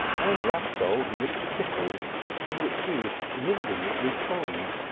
and rashdall's mixed pickles, of which he was inordinately fond.